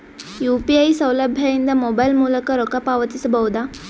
UPI ಸೌಲಭ್ಯ ಇಂದ mobile ಮೂಲಕ ರೊಕ್ಕ ಪಾವತಿಸ ಬಹುದಾ?